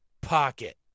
pocket